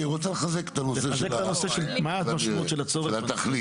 הוא רצה לחזק את הנושא של הצורך, של התכלית.